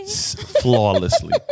flawlessly